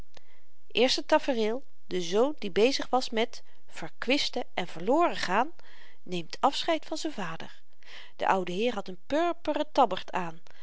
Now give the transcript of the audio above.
eerste tafereel de zoon die bezig was met verkwisten en verloren gaan neemt afscheid van z'n vader de oudeheer had n purperen tabbert aan